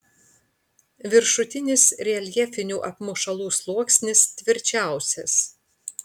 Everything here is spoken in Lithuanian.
viršutinis reljefinių apmušalų sluoksnis tvirčiausias